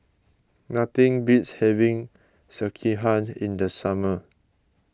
nothing beats having Sekihan in the summer